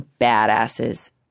badasses